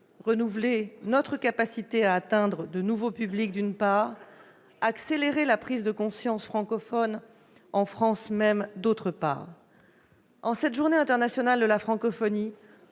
renouveler notre capacité à atteindre de nouveaux publics, d'une part ; accélérer la prise de conscience francophone en France même, d'autre part. En cette Journée internationale de la francophonie,